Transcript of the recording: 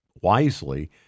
wisely